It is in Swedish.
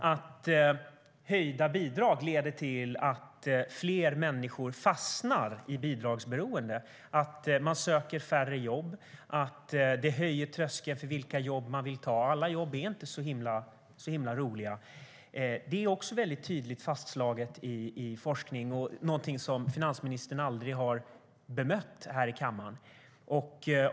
Att höjda bidrag leder till att fler människor fastnar i bidragsberoende, till att man söker färre jobb och till att tröskeln höjs för vilka jobb man vill ta - alla jobb är inte så himla roliga - är också tydligt fastslaget i forskning, men det är någonting som finansministern aldrig har bemött här i kammaren.